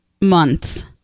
months